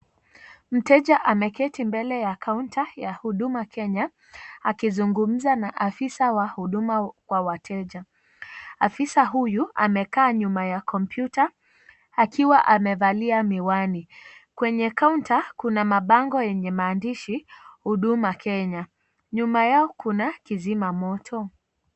Mteja ameketi mbele ya kaunta ya Huduma kenya, akizungumza na afisa wa huduma kwa wateja. Afisa huyu amekaa nyuma ya komputa, akiwa amevali miwani. Kwenye kaunta, kuna mabango yenye maandishi Huduma Kenya. Nyuma yao kuna kizimamoto.